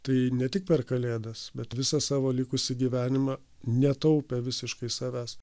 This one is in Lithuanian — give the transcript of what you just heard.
tai ne tik per kalėdas bet visą savo likusį gyvenimą netaupė visiškai savęs